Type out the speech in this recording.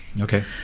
Okay